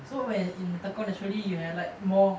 so when in tekong naturally you have like more